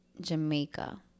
Jamaica